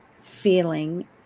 feeling